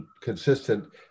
consistent